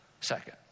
second